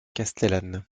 castellane